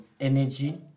energy